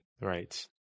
Right